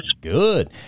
Good